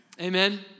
Amen